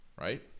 right